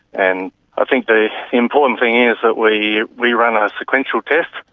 and i think the important thing is that we we run a sequential test.